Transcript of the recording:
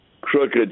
crooked